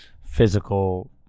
physical